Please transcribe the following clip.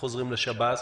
גם בגלל התנאים החברתיים,